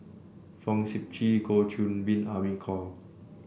Fong Sip Chee Goh Qiu Bin Amy Khor